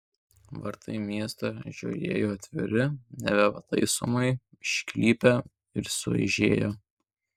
vartai į miestą žiojėjo atviri nebepataisomai išklypę ir sueižėję